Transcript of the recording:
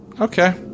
Okay